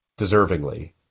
Deservingly